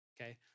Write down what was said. okay